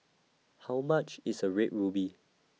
How much IS A Red Ruby